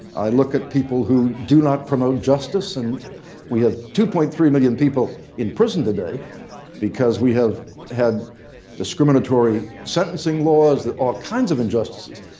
i look at people who do not promote justice. and we have two point three million people in prison today because we have had discriminatory sentencing laws, all ah kinds of injustices.